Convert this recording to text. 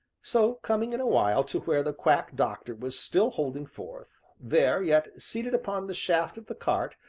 so, coming in a while to where the quack doctor was still holding forth there, yet seated upon the shaft of the cart,